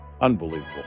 Unbelievable